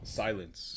silence